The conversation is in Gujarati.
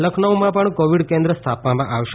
લખનૌમાં પણ કોવિડ કેન્દ્ર સ્થાપવામાં આવશે